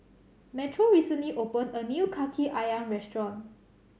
Metro recently opened a new Kaki Ayam restaurant